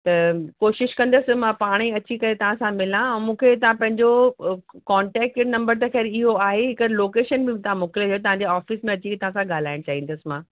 त कोशिशि कंदसि मां पाणे ई अची करे तव्हांसां मिला ऐं मूंखे तव्हां पंहिंजो कॉन्टैक्ट जे नंबर त खैर इहो आहे हिक लोकेशन बि तां मोकिले छॾियो तव्हांजे ऑफिस में अची तव्हांसां ॻालाईंदसि मां